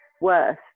worth